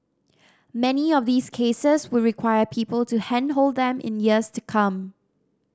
many of these cases would require people to handhold them in years to come